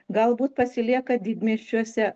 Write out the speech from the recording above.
galbūt pasilieka didmiesčiuose